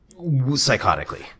psychotically